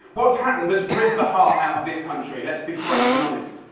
what's happened that's ripped the heart out of this country? let's be frank and honest.